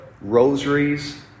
rosaries